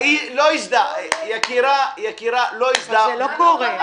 יקירה, לא הזדהה,